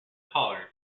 caller